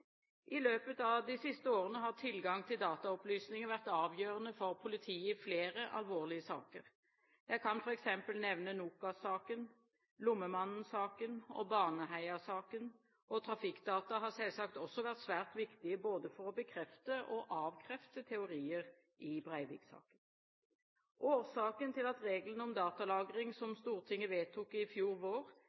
I løpet av de siste årene har tilgang til dataopplysninger vært avgjørende for politiet i flere alvorlige saker. Jeg kan f.eks. nevne NOKAS-saken, lommemannen-saken og Baneheia-saken. Trafikkdata har selvsagt også vært svært viktig både for å bekrefte og avkrefte teorier i Breivik-saken. Årsaken til at reglene om datalagring som Stortinget vedtok i fjor vår,